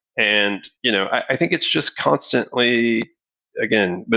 and you know i think it's just constantly again,